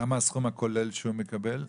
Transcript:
כמה הסכום הכולל שהוא מקבל?